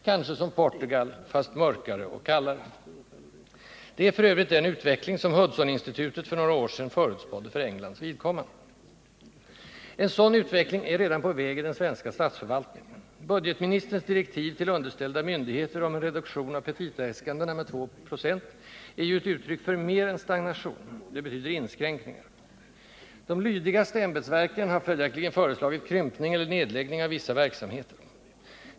— kanske som Portugal, fast mörkare och kallare. Det är f. ö. den utveckling som Hudsoninstitutet för några år sedan förutspådde för Englands vidkommande. En sådan utveckling är redan på väg i den svenska statsförvaltningen. i ER ig 5 petitaäskandena med 2 96 är ju ett uttryck för mer än stagnation — det betyder 6 inskränkningar. De lydigaste ämbetsverken har följaktligen föreslagit krympning eller nedläggning av vissa verksamheter.